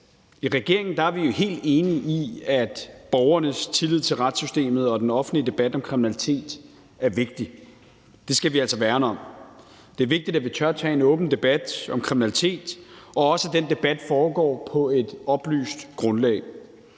I regeringen er vi helt enige i, at borgernes tillid til retssystemet og den offentlige debat om kriminalitet er vigtig, og det skal vi altså værne om. Det er vigtigt, at vi tør tage en åben debat om kriminalitet, og også at den debat foregår på et oplyst grundlag.